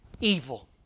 evil